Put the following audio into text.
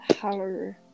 Hello